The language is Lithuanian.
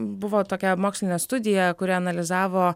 buvo tokia mokslinė studija kuri analizavo